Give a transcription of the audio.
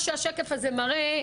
מה שהשקף הזה מראה,